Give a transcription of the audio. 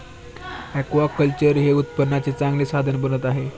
aquaculture हे उत्पन्नाचे चांगले साधन बनत आहे